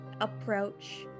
approach